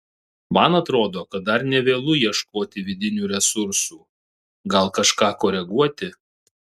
man atrodo kad dar ne vėlu ieškoti vidinių resursų gal kažką koreguoti